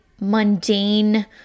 mundane